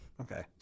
Okay